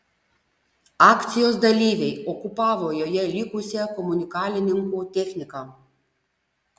akcijos dalyviai okupavo joje likusią komunalininkų techniką